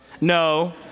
no